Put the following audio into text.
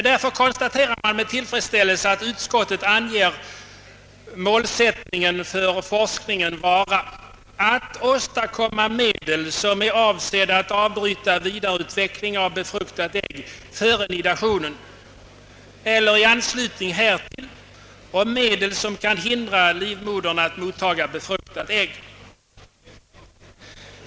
Därför konstaterar man med tillfredsställelse att utskottet anger målsättningen för forskningen vara »att åstadkomma medel som är avsedda att avbryta vidareutvecklingen av befruktat ägg före midationen eller i anslutning härtill och medel som kan hindra livmodern att mottaga befruktat ägg».